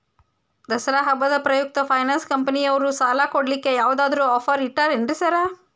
ದಸರಾ ಹಬ್ಬದ ಪ್ರಯುಕ್ತ ಫೈನಾನ್ಸ್ ಕಂಪನಿಯವ್ರು ಸಾಲ ಕೊಡ್ಲಿಕ್ಕೆ ಯಾವದಾದ್ರು ಆಫರ್ ಇಟ್ಟಾರೆನ್ರಿ ಸಾರ್?